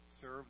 serve